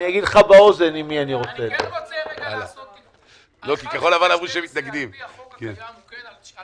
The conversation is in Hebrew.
אבל הבעיה היא שרוב הדברים האלה לא בבסיס.